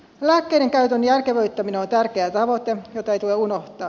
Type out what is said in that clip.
lääkkeiden käytön järkevöittäminen on tärkeä tavoite jota ei tule unohtaa